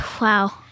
Wow